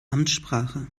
amtssprache